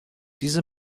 diese